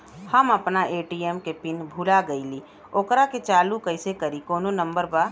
हम अपना ए.टी.एम के पिन भूला गईली ओकरा के चालू कइसे करी कौनो नंबर बा?